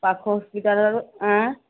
ପାଖ ହସ୍ପିଟାଲ୍ରେ ଆଁ